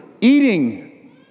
eating